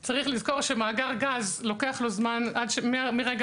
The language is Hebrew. יש לזכור שמאגר גז לוקח לו זמן מרגע